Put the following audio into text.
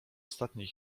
ostatniej